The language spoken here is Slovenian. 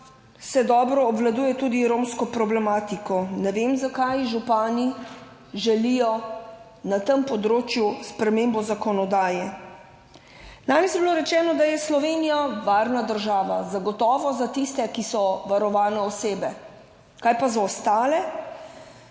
se dobro obvladuje tudi romsko problematiko. Ne vem zakaj župani želijo na tem področju spremembo zakonodaje. Danes je bilo rečeno, da je Slovenija varna država. Zagotovo za tiste, ki so varovane osebe, kaj pa za ostale?